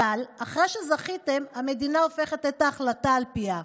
אבל אחרי שזכיתם המדינה הופכת את ההחלטה על פיה.